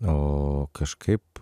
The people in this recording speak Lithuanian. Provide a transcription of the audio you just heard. o kažkaip